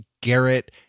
Garrett